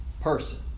person